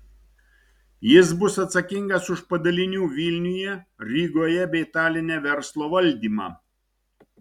jis bus atsakingas už padalinių vilniuje rygoje bei taline verslo valdymą